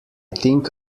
think